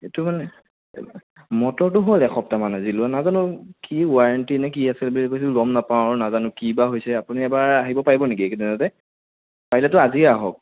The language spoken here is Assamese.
এইটো মানে মটৰটো হ'ল এসপ্তাহমান আজি লোৱা নাজানো কি ৱাৰেণ্টি নে কি আছে বুলি কৈছে গম নাপাওঁ আৰু কি বা হৈছে আপুনি এবাৰ আহিব পাৰিব নেকি একেইদিনতে পাৰিলেতো আজিয়ে আহক